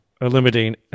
eliminating